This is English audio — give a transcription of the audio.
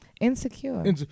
Insecure